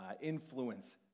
influence